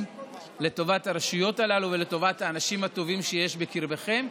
לטובת הרשויות הללו ולטובת האנשים הטובים שיש בקרבכם.